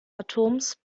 atoms